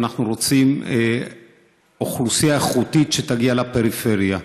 ואנחנו רוצים אוכלוסייה איכותית שתגיע לפריפריה.